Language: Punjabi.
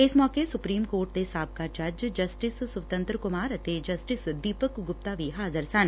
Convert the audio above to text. ਇਸਂ ਸੌਕੇ ਸੁਪਰੀਮ ਕੋਰਟ ਦੇ ਸਾਬਕਾ ਜੱਜ ਜਸਟਿਸ ਸੂੰਵਤਤਰ ਕੁਮਾਰ ਅਤੇ ਜਸਟਿਸ ਦੀਪਕ ਗੁਪਤਾ ਵੀ ਹਾਜ਼ਰ ਸਨ